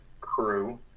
crew